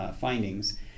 findings